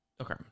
okay